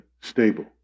stable